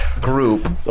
group